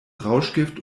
rauschgift